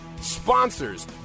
sponsors